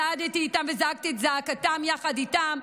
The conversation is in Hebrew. צעדתי איתם וזעקתי את זעקתם יחד איתם,